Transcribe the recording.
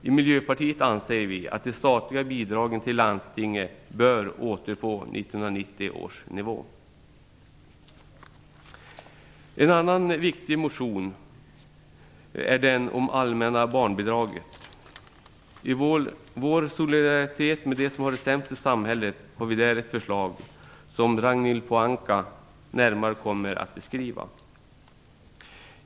I Miljöpartiet anser vi att de statliga bidragen till landstingen bör återfå 1990 En annan viktig motion är den om allmänna barnbidraget. I vår solidaritet med de som har det sämst i samhället har vi ett förslag som Ragnhild Pohanka närmare kommer att beskriva.